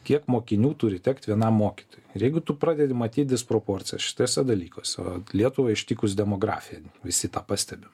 kiek mokinių turi tekt vienam mokytojui ir jeigu tu pradedi matyt disproporciją šituose dalykuose vat lietuvai ištikus demografijai visi tą pastebim